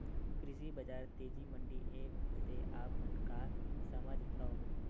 कृषि बजार तेजी मंडी एप्प से आप मन का समझथव?